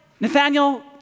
Nathaniel